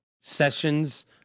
sessions